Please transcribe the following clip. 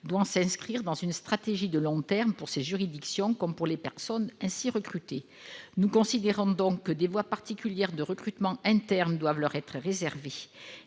doit s'inscrire dans une stratégie de long terme pour ces juridictions comme pour les personnes ainsi recrutées. Nous considérons donc que des voies particulières de recrutement interne doivent être réservées